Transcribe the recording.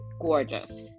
gorgeous